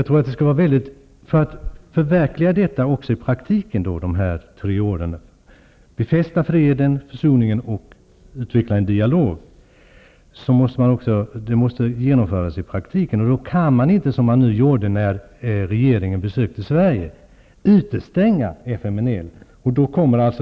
Talet om att befästa freden och försoningen och att utveckla en dialog måste också genomföras i praktiken, och då kan man inte, som gjordes när rege ringen besökte Sverige, utestänga FMLN.